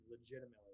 legitimately